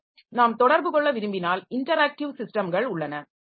எனவே நாம் தொடர்பு கொள்ள விரும்பினால் இன்டராக்டிவ் சிஸ்டம்கள் உள்ளன